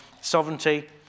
sovereignty